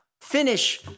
finish